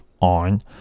on